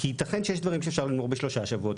כי ייתכן שיש דברים שניתן לגמור בשלושה שבועות,